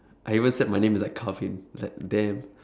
I even set my name to like like damn